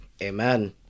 Amen